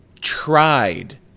tried